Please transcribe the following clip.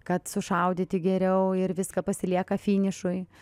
kad sušaudyti geriau ir viską pasilieka finišui